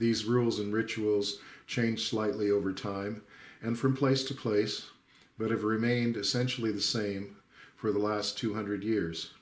these rules and rituals change slightly over time and from place to place but every maimed essentially the same for the last two hundred years